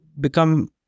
become